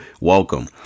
welcome